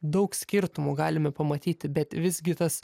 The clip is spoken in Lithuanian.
daug skirtumų galime pamatyti bet visgi tas